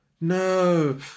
no